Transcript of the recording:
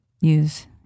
use